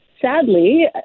sadly